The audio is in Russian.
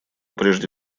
прежде